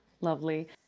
Lovely